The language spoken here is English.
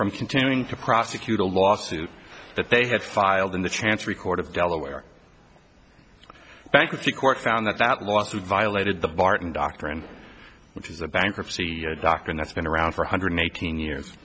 from continuing to prosecute a lawsuit that they have filed in the chance record of delaware bankruptcy court found that that lawsuit violated the barton doctrine which is a bankruptcy doctrine that's been around for one hundred eighteen years